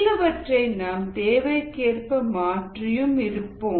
சிலவற்றை நம் தேவைக்கேற்ப மாற்றியும் இருப்போம்